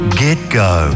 get-go